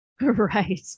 Right